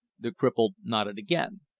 the cripple nodded again.